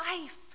life